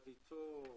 לוועדת איתור,